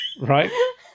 right